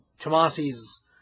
Tomasi's